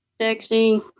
Sexy